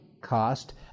cost